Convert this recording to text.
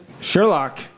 Sherlock